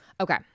Okay